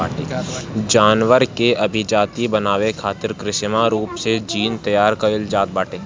जानवर के अभिजाति बनावे खातिर कृत्रिम रूप से जीन तैयार कईल जात बाटे